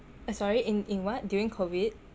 uh sorry in in what during COVID